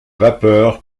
vapeur